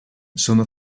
sono